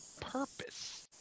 purpose